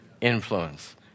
Influence